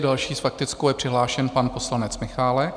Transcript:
Další s faktickou je přihlášen pan poslanec Michálek.